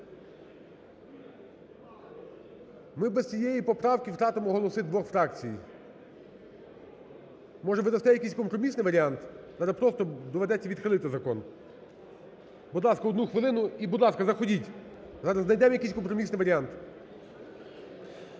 Ми без цієї поправки втратимо голоси двох фракцій. Може, ви дасте якийсь компромісний варіант, бо просто доведеться відхилити закон. Будь ласка, одну хвилину, і, будь ласка, заходьте. Зараз знайдемо якийсь компромісний варіант.